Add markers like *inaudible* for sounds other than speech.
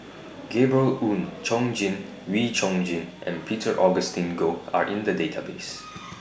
*noise* Gabriel Oon Chong Jin Wee Chong Jin and Peter Augustine Goh Are in The Database